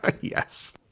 Yes